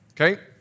Okay